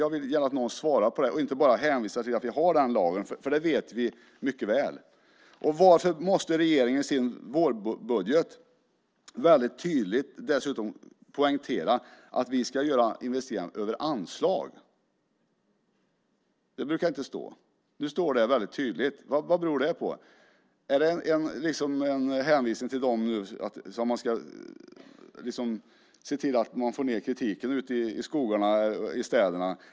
Jag vill att någon svarar och inte bara hänvisar till lagen, för det där vet vi mycket väl. Och varför måste regeringen i sin vårbudget, dessutom väldigt tydligt, poängtera att vi ska göra investeringar över anslag? Så brukar det inte stå, men nu står det väldigt tydligt så. Vad beror det på? Är det en hänvisning för att se till att minska kritiken ute i skogarna och i städerna?